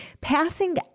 Passing